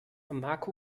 marco